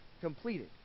completed